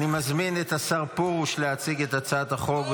אני מזמין את השר פרוש להציג את הצעת החוק.